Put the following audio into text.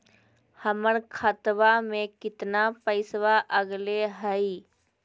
हमर खतवा में कितना पैसवा अगले हई?